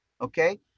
okay